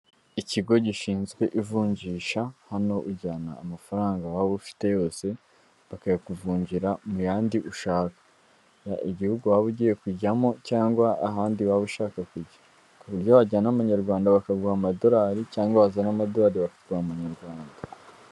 Ikigo gishinzwe ivunjisha hano ujyana amafaranga waba ufite yose bakayakuvungira mu yandi ushaka igihugu waba ugiye kujyamo cyangwa ahandi waba ushaka kujya ku buryo wajyana amanyarwanda bakaguha amadolari cyangwa wazana amadorari bakaguha amanyarwanda.